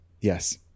Yes